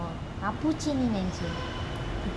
orh போச்சுன்னு நீ நினைச்சியா:pochinu nee nenaichiya